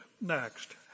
next